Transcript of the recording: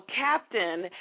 Captain